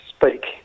speak